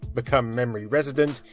become memory resident,